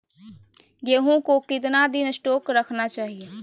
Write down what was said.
गेंहू को कितना दिन स्टोक रखना चाइए?